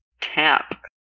tap